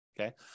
okay